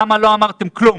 למה לא אמרתם כלום?